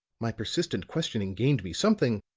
my persistent questioning gained me something,